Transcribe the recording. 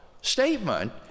statement